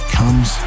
comes